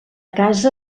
casa